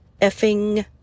effing